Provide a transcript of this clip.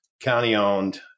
county-owned